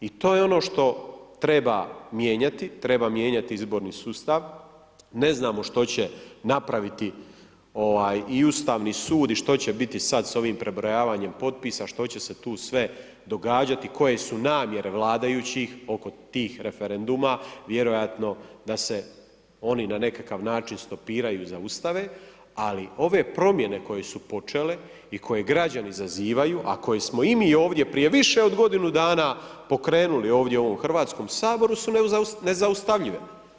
I to je ono što treba mijenjati, treba mijenjati izborni sustav, ne znamo što će napraviti i ustavi sud i što će biti sad sa ovim prebrojavanjem potpisa, što će se tu sve događati, koje su namjere vladajućih oko tih referenduma, vjerojatno da se oni na nekakav način stopiraju, zaustave, ali ove promjene koje su počele i koje građani zazivaju a koje smo i mi ovdje prije više godine dana pokrenuli ovdje u ovom Hrvatskom saboru su nezaustavljive.